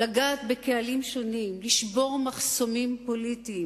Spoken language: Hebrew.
לגעת בקהלים שונים, לשבור מחסומים פוליטיים,